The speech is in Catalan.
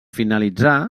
finalitzar